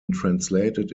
translated